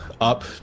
up